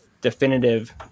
definitive